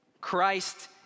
Christ